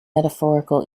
metaphorical